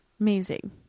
amazing